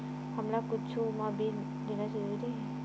हमला कुछु मा बिल लेना जरूरी हे?